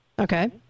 Okay